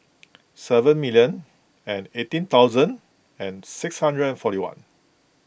seven million and eighteen thousand and six hundred and forty one